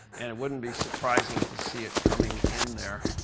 and it wouldn't be surprising to see it coming in there.